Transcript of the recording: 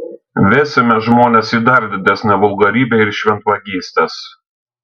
vesime žmones į dar didesnę vulgarybę ir šventvagystes